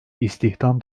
istihdam